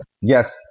Yes